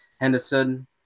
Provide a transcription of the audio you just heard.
Henderson